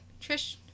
Trish